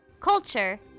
culture